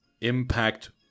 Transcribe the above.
Impact